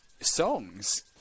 songs